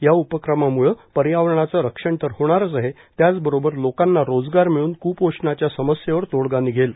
या उपक्रमाम्ळे पर्यावरणाचं रक्षण तर होणारच आहे त्याच बरोबर लोकांना रोजगार मिळून क्पोषणाच्या समस्येवर तोडगा निघेल